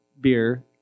beer